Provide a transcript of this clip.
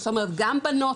זאת אומרת גם בנות,